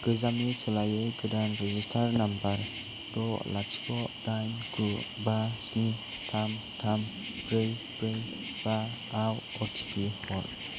गोजामनि सोलायै गोदान रेजिस्टार्ड नाम्बार द' लाथिख' दाइन गु बा स्नि थाम थाम ब्रै ब्रै बा आव अटिपि हर